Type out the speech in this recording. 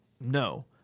No